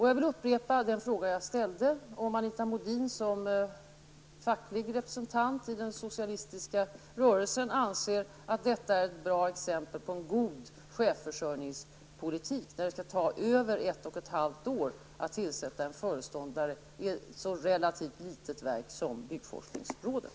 Jag vill upprepa den fråga jag ställde till Anita Modin om huruvida hon som facklig representant i den socialistiska rörelsen anser att detta är ett bra exempel på en god chefsförsörjningspolitik. Skall det ta över ett och ett halvt år att tillsätta en föreståndare i ett så relativt litet verk som byggforskningsrådet?